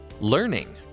learning –